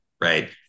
right